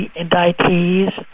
and indictees,